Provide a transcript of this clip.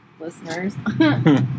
listeners